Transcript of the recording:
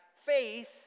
faith